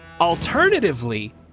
Alternatively